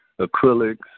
acrylics